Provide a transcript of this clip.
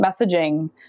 messaging